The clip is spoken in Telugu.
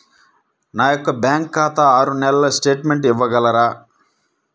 నా యొక్క బ్యాంకు ఖాతా ఆరు నెలల స్టేట్మెంట్ ఇవ్వగలరా?